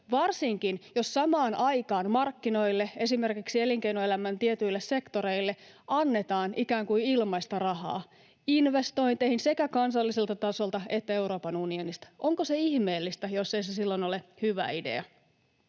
varsinkin jos samaan aikaan markkinoille esimerkiksi elinkeinoelämän tietyille sektoreille annetaan ikään kuin ilmaista rahaa investointeihin sekä kansalliselta tasolta että Euroopan unionista. Onko se ihmeellistä, jos ei se silloin ole hyvä idea